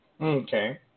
Okay